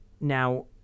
Now